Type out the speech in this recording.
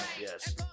Yes